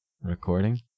recording